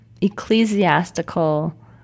ecclesiastical